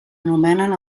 anomenen